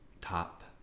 top